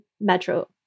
Metro